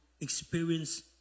experience